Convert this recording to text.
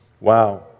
Wow